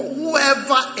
Whoever